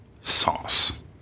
sauce